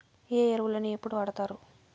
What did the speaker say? ఏ ఎరువులని ఎప్పుడు వాడుతారు?